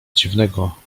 dziwnego